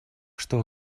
что